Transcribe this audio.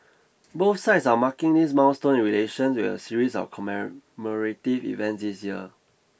both sides are marking this milestone in relations with a series of commemorative events this year